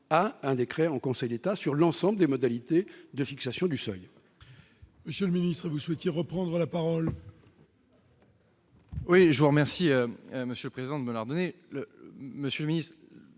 à un décret en Conseil d'État l'ensemble des modalités de fixation du seuil.